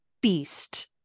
beast